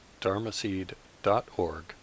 dharmaseed.org